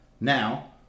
Now